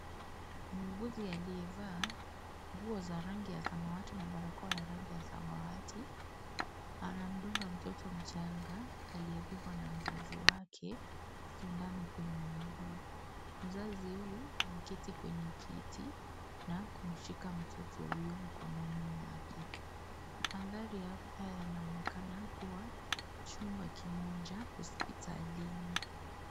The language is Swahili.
Muuguzi aliyevaa nguo za rangi ya samawati na barakoa ya rangi ya samawati, anamdunga mtoto mchanga aliyebebwa na mzazi wake sindano kwenye mguu. Mzazi huyu ameketi kwenye kiti na kumshika mtoto huyo mkononi mwake. Mandhari haya yanaonekana kuwa chumba kimoja hospitalini.